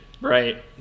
right